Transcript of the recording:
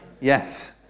Yes